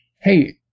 Hey